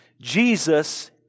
Jesus